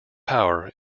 power